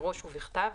מראש ובכתב,